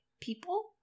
people